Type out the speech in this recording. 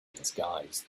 disguised